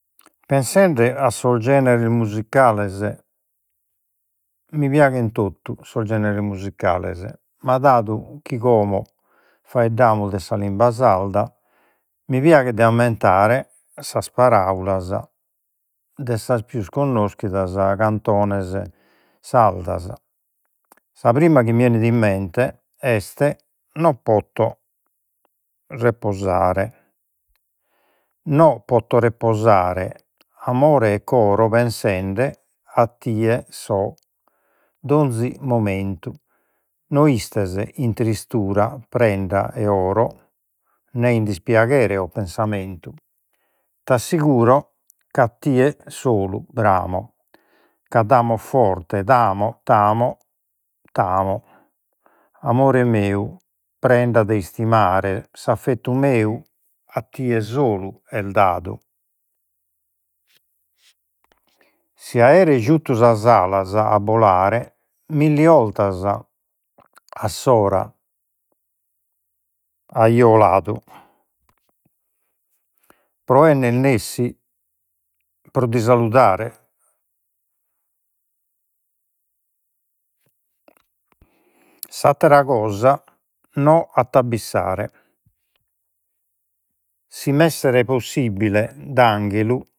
Pensende a sos generes musicales, mi piaghen totu sos generes musicales, ma dadu chi como faeddamus de sa limba sarda mi piaghet de ammentare sas paraulas de sas pius connoschidas cantones sardas. Sa prima chi mi 'enit in mente est non poto reposare, no poto reposare amore e coro pensende a tie so donzi momentu. No istes in tristura prenda e oro, né in dispiaghere o pensamentu. T'assicuro chi a tie solu bramo, ca t'amo forte t'amo, t'amo, t'amo. Amore meu, prenda de istimare, s'affettu meu a tie solu est dadu, si aere juttu sas alas a bolare, milli 'ortas a s'ora, aio 'oladu pro 'enner nessi pro ti saludare s'attera cosa, non a. Si mi essere possibile d'anghelu